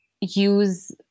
use